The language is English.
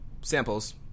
samples